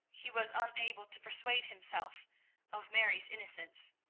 he was unable to persuade himself of mary's innocence.